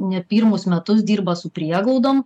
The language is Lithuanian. ne pirmus metus dirba su prieglaudom